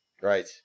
Right